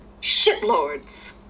Shitlords